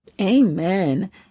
Amen